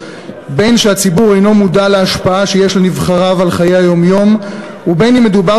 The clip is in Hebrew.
בין שהציבור אינו מודע להשפעה שיש לנבחריו על חיי היום-יום ובין שמדובר